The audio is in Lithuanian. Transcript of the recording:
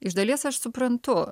iš dalies aš suprantu